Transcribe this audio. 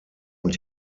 und